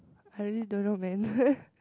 I really don't know man